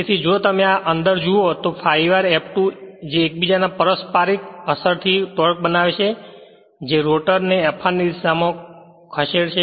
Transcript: તેથી જો તમે આ રીતે અંદર જુઓ તો આ ∅r F2 જે એકબીજા ના પારસ્પરીક અસર થી ટોર્ક બનાવશે જે રોટર ને Fr દિશા માં ખસેડશે